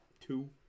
Two